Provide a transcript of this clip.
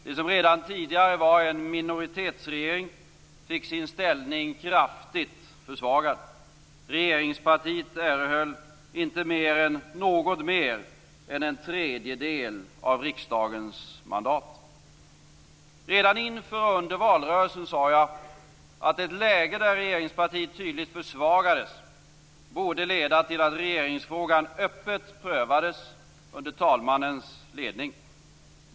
Det som redan tidigare var en minoritetsregering fick sin ställning kraftigt försvagad. Regeringspartiet erhöll endast något mer än en tredjedel av riksdagens mandat. Redan inför och under valrörelsen sade jag att ett läge där regeringspartiet tydligt försvagades borde leda till att regeringsfrågan öppet prövades under talmannens ledning.